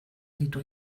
ditu